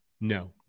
No